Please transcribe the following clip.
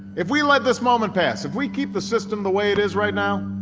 if we let this moment pass, if we keep the system the way it is right now,